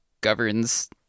governs